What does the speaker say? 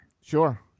Sure